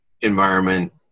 environment